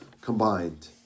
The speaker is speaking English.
combined